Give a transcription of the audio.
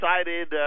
excited